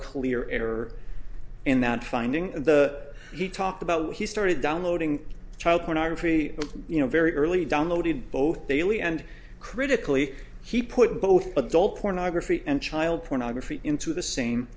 that finding and the he talked about he started downloading child pornography you know very early downloaded both daily and critically he put both adult pornography and child pornography into the same